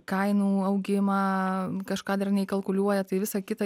kainų augimą kažką dar neįkalkuliuoja tai visa kita